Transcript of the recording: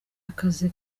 akazi